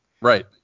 Right